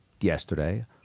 yesterday